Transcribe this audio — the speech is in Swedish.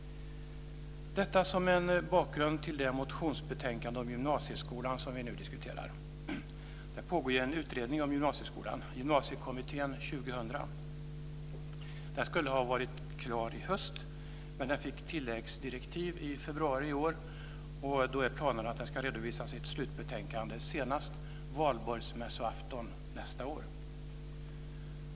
Detta säger jag som bakgrund till det motionsbetänkande om gymnasieskolan som vi nu diskuterar. Det pågår ju en utredning om gymnasieskolan, Gymnasiekommittén 2000. Den skulle ha varit klar i höst. Den fick dock tilläggsdirektiv i februari i år, och nu är planen att den ska redovisa sitt slutbetänkande senast valborgsmässoafton nästa år.